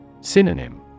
Synonym